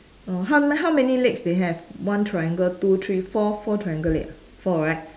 err how how many legs they have one triangle two three four four triangle leg four right